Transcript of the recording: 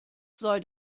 sei